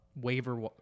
waiver